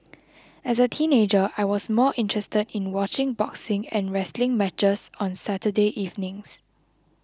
as a teenager I was more interested in watching boxing and wrestling matches on Saturday evenings